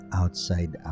outside